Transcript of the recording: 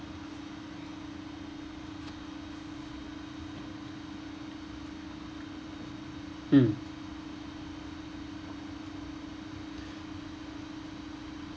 mm